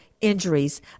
injuries